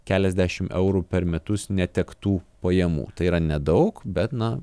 keliasdešimt eurų per metus netektų pajamų tai yra nedaug bet na